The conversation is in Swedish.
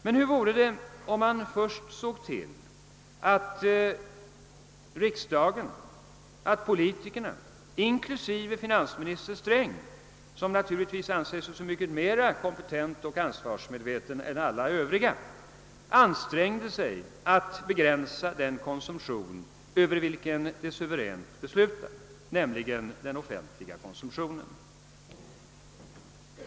Men hur vore det om man först såg till att riksdagen — politikerna inklusive finansminister Sträng, som naturligtvis anser sig som mycket mer kompetent och ansvarsmedveten än alla Övriga — ansträngde sig att begränsa den konsumtion över vilken den suveränt beslutar, nämligen den offentliga konsumtionen.